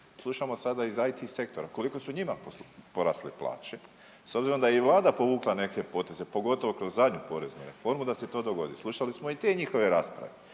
Slušamo sada iz IT sektora koliko su njima porasle plaće s obzirom da je i vlada povukla neke poteze, pogotovo kroz zadnju poreznu reformu da se to dogodi. Slušali smo i te njihove rasprave,